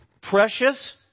precious